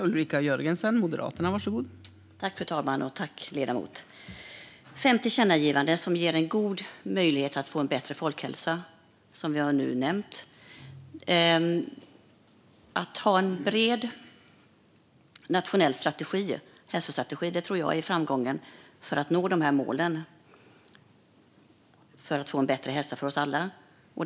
Fru talman! Vi har fem tillkännagivanden som ger en god möjlighet att få en bättre folkhälsa, som jag nämnt. Att ha en bred nationell hälsostrategi tror jag är vägen till framgång när det gäller att nå dessa mål och få en bättre hälsa för oss alla.